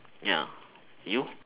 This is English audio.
ya you